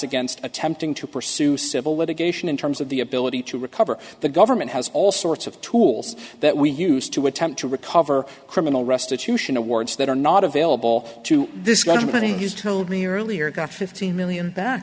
against attempting to pursue civil litigation in terms of the ability to recover the government has all sorts of tools that we use to attempt to recover criminal restitution awards that are not available to this government has told me earlier got fifteen million back